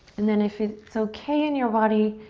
and then if it's okay in your body,